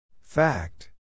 Fact